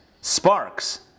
sparks